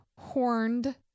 horned